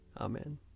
Amen